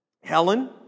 Helen